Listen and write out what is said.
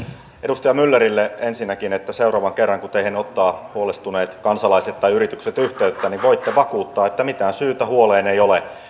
edustaja myllerille ensinnäkin että seuraavan kerran kun teihin ottavat huolestuneet kansalaiset tai yritykset yhteyttä niin voitte vakuuttaa että mitään syytä huoleen ei ole